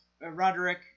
Roderick